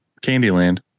Candyland